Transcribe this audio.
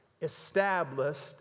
established